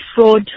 fraud